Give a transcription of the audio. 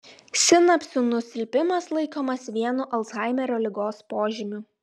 sinapsių nusilpimas laikomas vienu alzhaimerio ligos požymių